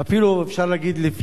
לפנים משורת הדין: